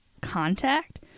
contact